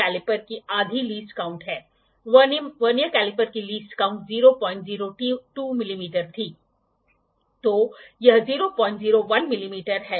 फिर इस ब्लेड में आपको एक बारीक एडजस्टमेंट नॉब दिखाई देगा जो एक प्रोट्रैक्टर है जो स्लाइड करता है जिससे स्लाइड हो सकती है